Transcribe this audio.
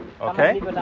Okay